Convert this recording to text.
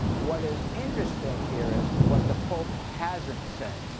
what is interesting here is what the pope hasn't said.